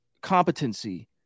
competency